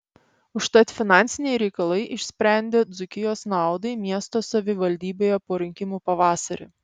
užtat finansiniai reikalai išsprendė dzūkijos naudai miesto savivaldybėje po rinkimų pavasarį